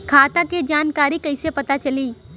खाता के जानकारी कइसे पता चली?